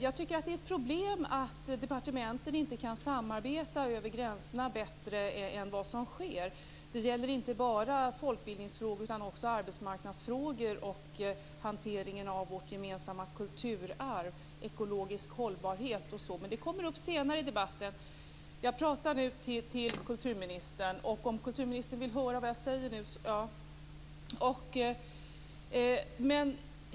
Jag tycker att det är ett problem att departementen inte kan samarbeta över gränserna bättre än vad som sker. Det gäller inte bara folkbildningsfrågor utan också arbetsmarknadsfrågor och hanteringen av vårt gemensamma kulturarv, ekologisk hållbarhet och sådant. Men det kommer upp senare i debatten. Jag pratar nu till kulturministern, om kulturministern vill höra vad jag säger.